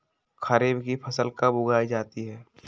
खरीफ की फसल कब उगाई जाती है?